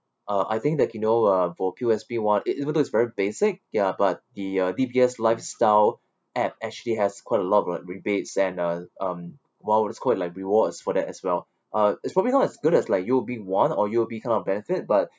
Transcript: uh I think that you know uh for P_O_S_B [one] e~ even though is very basic ya but the uh D_B_S lifestyle app actually has quite a lot of like rebates and uh um well let's call it like rewards for that as well uh it's probably not as good as like U_O_B [one] or U_O_B kind of benefit but